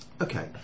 Okay